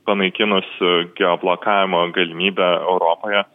panaikinus geoblokavimo galimybę europoje